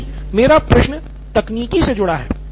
professor नहीं मेरा प्रश्न तकनीकी से जुड़ा है